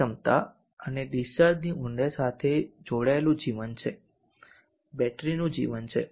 આ ક્ષમતા અને ડિસ્ચાર્જની ઊંડાઈ સાથે જોડાયેલું જીવન છે બેટરીનું જીવન છે